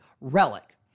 Relic